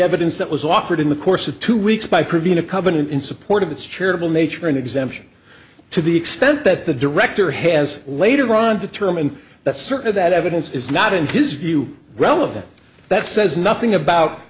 evidence that was offered in the course of two weeks by providing a covenant in support of its charitable nature and exemption to the extent that the director has later on determined that certain of that evidence is not in his view relevant that says nothing about